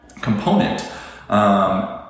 component